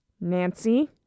Nancy